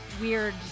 weird